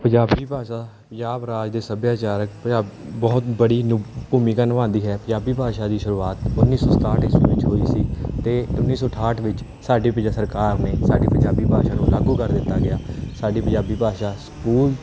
ਪੰਜਾਬੀ ਭਾਸ਼ਾ ਪੰਜਾਬ ਰਾਜ ਦੇ ਸੱਭਿਆਚਾਰਕ ਪੰਜਾਬ ਬਹੁਤ ਬੜੀ ਨ ਭੂਮਿਕਾ ਨਿਭਾਉਂਦੀ ਹੈ ਪੰਜਾਬੀ ਭਾਸ਼ਾ ਦੀ ਸ਼ੁਰੂਆਤ ਉੱਨੀ ਸੌ ਸਤਾਹਟ ਈਸਵੀ ਵਿੱਚ ਹੋਈ ਸੀ ਅਤੇ ਉੱਨੀ ਸੌ ਅਠਾਹਠ ਵਿੱਚ ਸਾਡੀ ਪੰਜਾਬ ਸਰਕਾਰ ਨੇ ਸਾਡੀ ਪੰਜਾਬੀ ਭਾਸ਼ਾ ਨੂੰ ਲਾਗੂ ਕਰ ਦਿੱਤਾ ਗਿਆ ਸਾਡੀ ਪੰਜਾਬੀ ਭਾਸ਼ਾ ਸਕੂਲ